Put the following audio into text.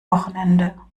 wochenende